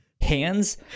Hands